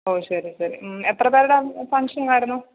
ഓ ശരി ശരി എത്ര പേരുടെ ഫംഗ്ഷൻ ആയിരുന്നു